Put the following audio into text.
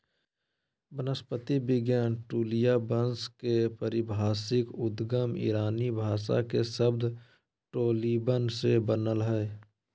वनस्पति विज्ञान ट्यूलिया वंश के पारिभाषिक उद्गम ईरानी भाषा के शब्द टोलीबन से बनल हई